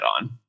on